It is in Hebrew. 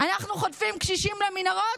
אנחנו חוטפים קשישים למנהרות?